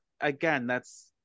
again—that's